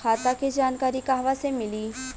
खाता के जानकारी कहवा से मिली?